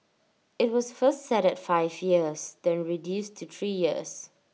IT was first set at five years then reduced to three years